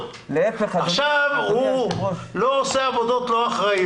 יקבל וואוצ'ר מהקופה לאן שהוא רוצה,